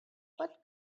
what